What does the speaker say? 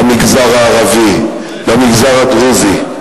למגזר הערבי, למגזר הדרוזי,